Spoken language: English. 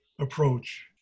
approach